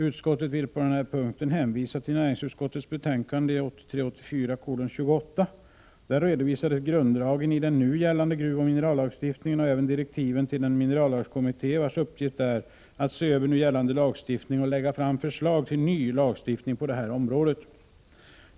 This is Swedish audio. Utskottet vill på denna punkt hänvisa till näringsutskottets betänkande 1983/84:28. Där redovisades grunddragen i den nu gällande gruvoch minerallagstiftningen och även direktiven till minerallagskommittén, vars uppgift är att se över nu gällande lagstiftning och lägga fram förslag till en ny lagstiftning på detta område.